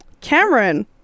Cameron